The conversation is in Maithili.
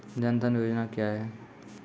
जन धन योजना क्या है?